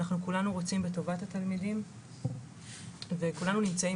אנחנו כולנו רוצים את טובת התלמידים וכולנו נמצאים